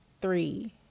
three